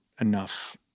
enough